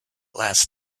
last